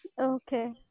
Okay